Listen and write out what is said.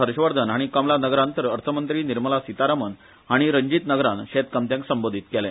हर्षवर्धन हाणी कमला नगरान तर अर्थमंत्री निर्मला सीतारामन हाणी रंजीत नगरान शेतकामत्यांक संबोधित केले